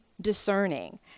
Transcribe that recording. discerning